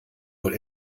wohl